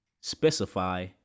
specify